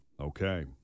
Okay